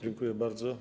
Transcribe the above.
Dziękuję bardzo.